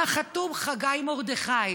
על החתום: חגי מרדכי.